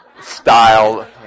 style